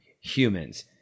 humans